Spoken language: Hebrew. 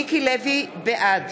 אינה נוכחת מיקי לוי, בעד